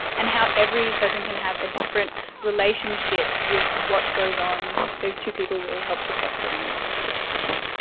and how every person can have a different relationship with what goes on. those two people really helped to foster my love of science.